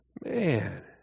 Man